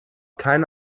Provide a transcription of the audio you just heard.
keine